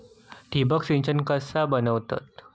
ठिबक सिंचन कसा बनवतत?